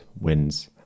wins